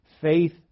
faith